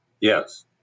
Yes